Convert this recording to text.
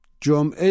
Jom